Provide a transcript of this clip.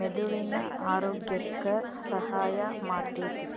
ಮೆದುಳಿನ ಆರೋಗ್ಯಕ್ಕ ಸಹಾಯ ಮಾಡ್ತೇತಿ